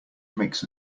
makes